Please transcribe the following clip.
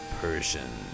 Persian